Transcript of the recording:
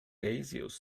gaseous